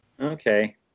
Okay